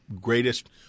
greatest –